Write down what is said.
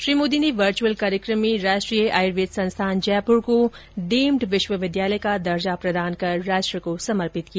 श्री मोदी ने वर्च्अल कार्यक्रम में राष्ट्रीय आयुर्वेद संस्थान जयप्र को डीम्ड विश्वविद्यालय का दर्जा प्रदान कर राष्ट्र को समर्पित किया